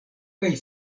kaj